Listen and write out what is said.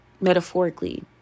metaphorically